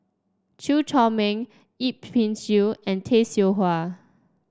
Chew Chor Meng Yip Pin Xiu and Tay Seow Huah